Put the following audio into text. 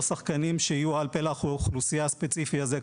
שחקנים על פלח האוכלוסייה הספציפי הזה,